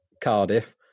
Cardiff